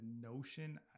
notion